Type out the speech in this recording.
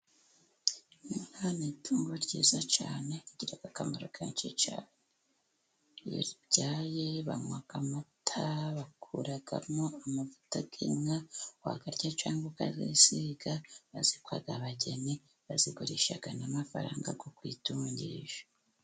Inka ni itungo ryiza cyane igira akamaro kenshi cyane, iyo ribyaye banywa amata, bakuramo amavuta y'inka, wayarya cyangwa ukayisiga, bazikwa abageni, bazigurisha n'amafaranga yo kwitungisha.